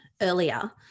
earlier